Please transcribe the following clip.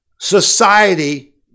Society